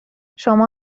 شما